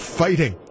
fighting